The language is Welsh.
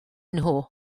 nhw